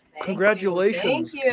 congratulations